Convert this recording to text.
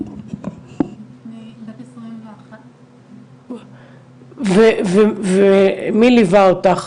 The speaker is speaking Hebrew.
בת 21. ומי ליווה אותך?